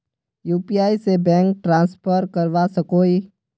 UPI से bank transfer करवा सकोहो ही?